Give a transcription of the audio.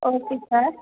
okay sir